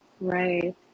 right